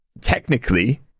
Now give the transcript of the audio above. technically